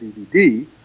DVD